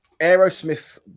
Aerosmith